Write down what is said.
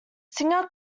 singer